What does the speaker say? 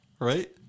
Right